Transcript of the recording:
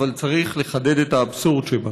אבל צריך לחדד את האבסורד שבה.